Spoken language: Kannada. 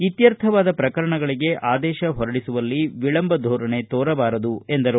ಇತ್ತರ್ಥವಾದ ಪ್ರಕರಣಗಳಿಗೆ ಆದೇಶ ಹೊರಡಿಸುವಲ್ಲಿ ವಿಳಂಬ ಧೋರಣೆ ತೋರಬಾರದು ಎಂದರು